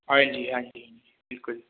ਹਾਂਜੀ ਹਾਂਜੀ ਬਿਲਕੁਲ